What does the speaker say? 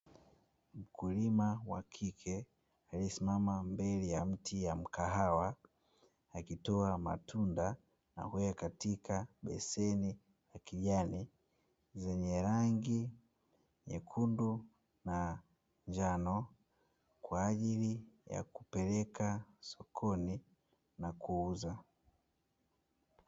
Mkulima wa kike aliyesimama mbele ya miti ya mkahawa, akitoa matunda na kuweka katika beseni la kijani, zenye rangi nyekundu na njano kwa ajili ya kupeleka sokoni na kuuza.